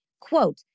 Quote